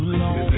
long